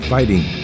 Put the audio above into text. Fighting